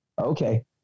Okay